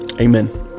Amen